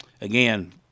again